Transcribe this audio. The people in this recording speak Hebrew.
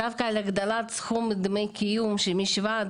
דווקא על הגדלת סכום דמי קיום --- על